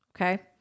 okay